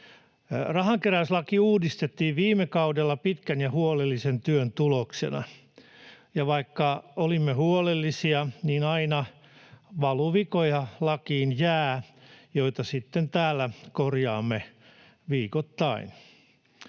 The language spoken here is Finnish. Rahankeräyslaki uudistettiin viime kaudella pitkän ja huolellisen työn tuloksena, ja vaikka olimme huolellisia, niin aina lakiin jää valuvikoja, joita sitten täällä korjaamme viikoittain.